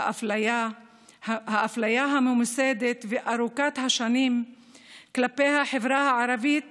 האפליה הממוסדת וארוכת השנים כלפי החברה הערבית